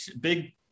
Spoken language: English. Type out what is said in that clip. big